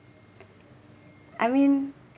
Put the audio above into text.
I mean